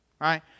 right